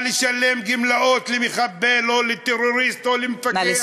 לשלם גמלאות למחבל או לטרוריסט או למפגע,